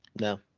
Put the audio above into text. No